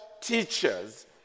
teachers